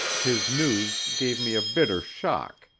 his news gave me a bitter shock,